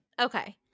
Okay